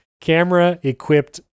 camera-equipped